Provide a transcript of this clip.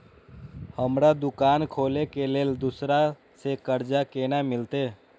हमरा दुकान खोले के लेल दूसरा से कर्जा केना मिलते?